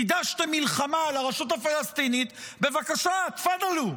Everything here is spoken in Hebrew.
קידשתם מלחמה על הרשות הפלסטינית, בבקשה, תפדאלו.